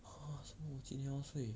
!huh! 什么我几点要睡